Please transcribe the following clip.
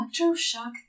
electroshock